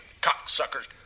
cocksuckers